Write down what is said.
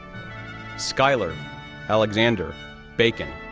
schuyler alexander bacon,